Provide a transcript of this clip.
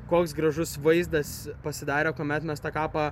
koks gražus vaizdas pasidarė kuomet mes tą kapą